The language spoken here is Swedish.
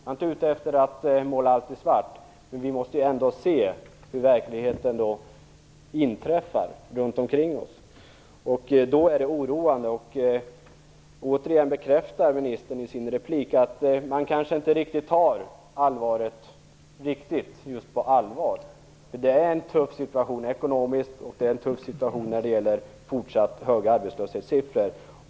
Jag är inte ute efter att måla allt i svart, men vi måste ändå se hur verkligheten är runt omkring oss. Ministern bekräftar i sin replik att man kanske inte tar situationen riktigt på allvar. Det är en tuff situation ekonomiskt och det är en tuff situation som visar fortsatt höga arbetslöshetssiffror.